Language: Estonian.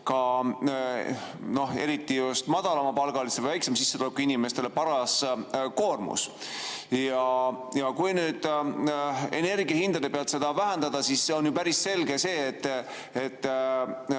ta eriti just madalamapalgalistele, väiksema sissetulekuga inimestele paras koormus. Ja kui energiahindade pealt seda vähendada, siis on ju päris selge, et